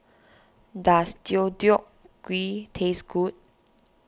does Deodeok Gui taste good